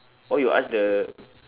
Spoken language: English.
oh you ask the